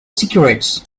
secrets